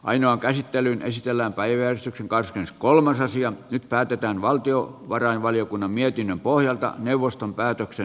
ainoa käsittelyyn esitellä ajoissa karskiens kolmas nyt päätetään valtiovarainvaliokunnan mietinnön pohjalta neuvoston päätöksen hyväksymisestä